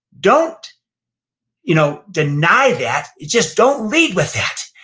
don't you know deny that. you just don't lead with that.